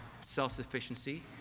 self-sufficiency